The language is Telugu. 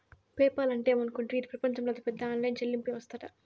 పేపాల్ అంటే ఏమనుకుంటివి, ఇది పెపంచంలోనే అతిపెద్ద ఆన్లైన్ చెల్లింపు యవస్తట